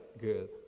Good